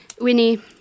Winnie